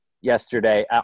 yesterday